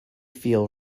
feel